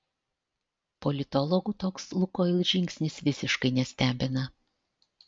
politologų toks lukoil žingsnis visiškai nestebina